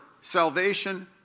salvation